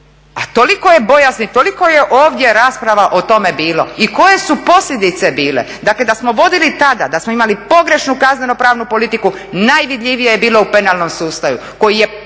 a toliko je bojazni, toliko je ovdje rasprava o tome bilo i koje su posljedice bile, dakle da smo vodili tada, da smo imali pogrešnu kaznenopravnu politiku najvidljivije je bilo u penalnom sustavu koji je